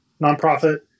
nonprofit